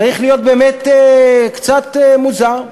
צריך להיות באמת קצת מוזר.